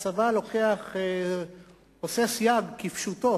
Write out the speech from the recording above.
הצבא עושה סייג כפשוטו